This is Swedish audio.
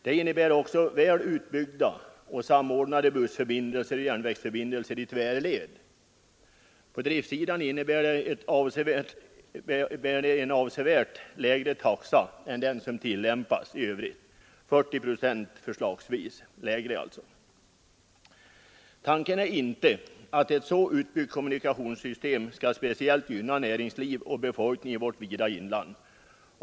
Det innebär också väl utbyggda och samordnade bussförbindelser och järnvägsförbindelser i tvärled. På driftssidan innebär det en avsevärt lägre taxa än den som tillämpas i övrigt, förslagsvis 40 procent lägre. Tanken är inte att ett så utbyggt kommunikationssystem skall speciellt gynna näringsliv och befolkning i vårt vida inland.